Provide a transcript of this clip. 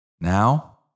Now